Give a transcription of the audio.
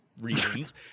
reasons